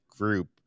group